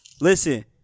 Listen